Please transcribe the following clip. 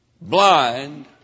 blind